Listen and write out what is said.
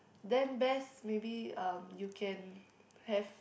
then best maybe um you can have